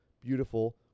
beautiful